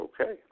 okay